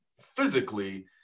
physically